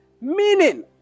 Meaning